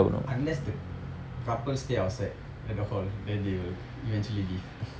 unless the couple stay outside at the hall then they will eventually leave